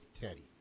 Teddy